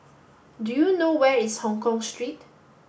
do you know where is Hongkong Street